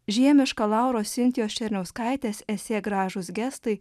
žiemišką lauros sintijos černiauskaitės esė gražūs gestai